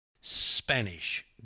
Spanish